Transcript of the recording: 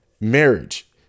marriage